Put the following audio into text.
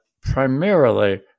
primarily